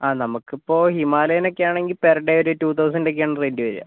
ആ നമുക്കിപ്പോൾ ഹിമാലയൻ ഒക്കെ ആണെങ്കിൽ പെർ ഡേ ഒരു ടു തൗസൻറ് ഒക്കെയാണ് റെൻറ് വരുക